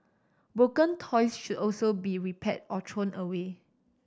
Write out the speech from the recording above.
broken toys should also be repaired or thrown away